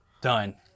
done